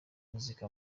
umuziki